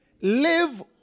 live